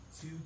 two